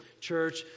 church